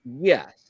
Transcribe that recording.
Yes